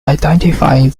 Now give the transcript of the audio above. identifying